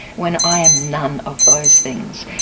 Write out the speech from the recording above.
when i am none of those things.